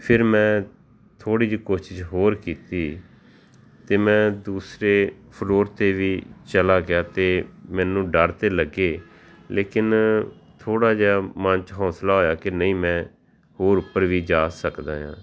ਫਿਰ ਮੈਂ ਥੋੜ੍ਹੀ ਜਿਹੀ ਕੋਸ਼ਿਸ਼ ਹੋਰ ਕੀਤੀ ਅਤੇ ਮੈਂ ਦੂਸਰੇ ਫਲੋਰ 'ਤੇ ਵੀ ਚਲਾ ਗਿਆ ਅਤੇ ਮੈਨੂੰ ਡਰ ਤਾਂ ਲੱਗੇ ਲੇਕਿਨ ਥੋੜ੍ਹਾ ਜਿਹਾ ਮਨ 'ਚ ਹੌਂਸਲਾ ਹੋਇਆ ਕਿ ਨਹੀਂ ਮੈਂ ਹੋਰ ਉੱਪਰ ਵੀ ਜਾ ਸਕਦਾ ਹਾਂ